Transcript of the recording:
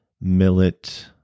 Millet